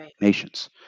nations